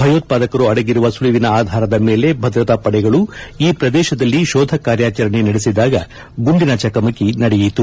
ಭಯೋತ್ಪಾದಕರು ಅಡಗಿರುವ ಸುಳಿವಿನ ಆಧಾರದ ಮೇಲೆ ಭದ್ರತಾ ಪಡೆಗಳು ಈ ಪ್ರದೇಶದಲ್ಲಿ ಶೋಧ ಕಾರ್ಯಾಚರಣೆ ನಡೆಸಿದಾಗ ಗುಂಡಿನ ಚಕಮಕಿ ನಡೆಯಿತು